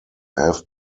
have